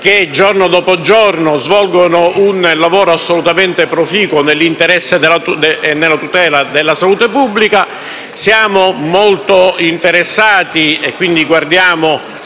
che, giorno dopo giorno, svolgono un lavoro assolutamente proficuo nell'interesse e nella tutela della salute pubblica. Siamo molto interessati e guardiamo